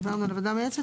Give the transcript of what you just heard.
דיברנו על הוועדה המייעצת,